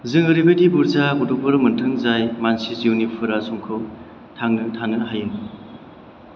जों ओरैबायदि बुरजा गथ'फोर मोनथों जाय मानसि जिउनि फुरा समखौ थांना थानो हायो